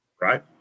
Right